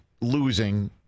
losing